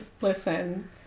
Listen